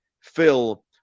Phil